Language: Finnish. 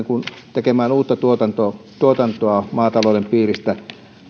tekemään uutta tuotantoa tuotantoa maatalouden